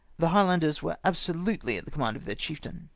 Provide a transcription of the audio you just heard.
the highlanders were absolutely at the command of their chieftain.